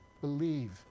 believe